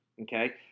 Okay